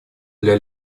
для